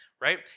Right